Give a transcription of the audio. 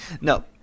No